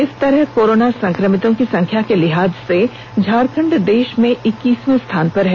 इस तरह कोरोना संक्रमितों की संख्या के लिहाज से झारखंड देश में इक्कीसवें स्थान पर है